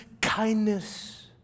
kindness